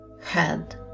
head